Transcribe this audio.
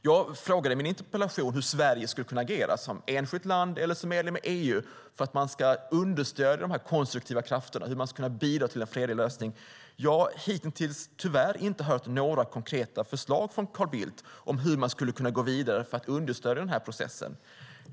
Jag frågade i min interpellation hur Sverige skulle kunna agera, som enskilt land eller som medlem i EU, för att understödja de konstruktiva krafterna och bidra till en fredlig lösning. Hittills har jag tyvärr inte hört några konkreta förslag från Carl Bildt om hur man skulle kunna gå vidare för att understödja processen.